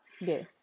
Yes